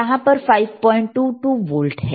यहां पर 522 वोल्ट है